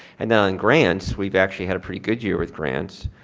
and now in grants, we've actually had a pretty good year with grants.